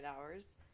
hours